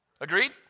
Agreed